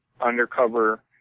undercover